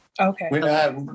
Okay